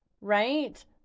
Right